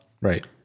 right